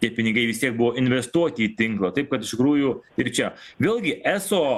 tie pinigai vis tiek buvo investuoti į tinklą taip kad iš tikrųjų ir čia vėlgi eso